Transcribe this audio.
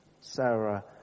Sarah